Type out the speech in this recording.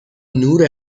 نور